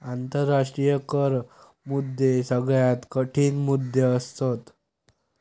आंतराष्ट्रीय कर मुद्दे सगळ्यात कठीण मुद्दे असत